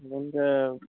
তেন্তে